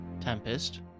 Tempest